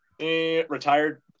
retired